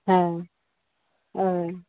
हाँ आ